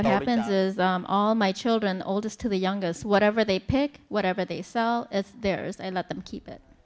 what happens to all my children oldest to the youngest whatever they pick whatever they sell it's theirs and let them keep it